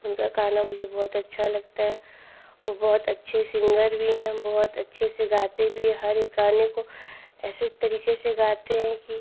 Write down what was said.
उनका गाना मुझे बहुत अच्छा लगता है वह बहुत अच्छे सिन्गर भी हैं बहुत अच्छे से गाते भी हैं हर एक गाने को ऐसे तरीके से गाते हैं कि